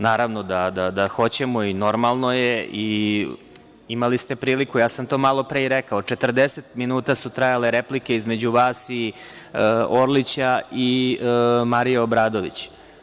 Naravno da hoćemo i normalno je i imali ste priliku, ja sam to malopre i rekao 40 minuta su trajale replike između vas i Orlića i Marije Obradović.